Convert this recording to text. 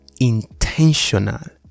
intentional